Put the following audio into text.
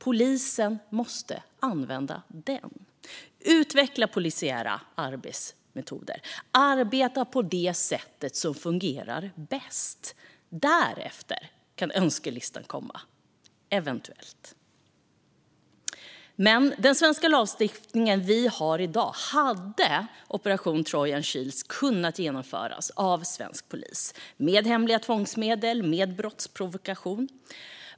Polisen måste använda den, utveckla polisiära arbetsmetoder och arbeta på det sätt som fungerar bäst. Därefter kan önskelistan komma - eventuellt. Med den svenska lagstiftning vi har i dag hade operationen Trojan Shield kunnat genomföras av svensk polis, med hemliga tvångsmedel och med brottsprovokation.